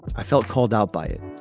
i felt called out by it.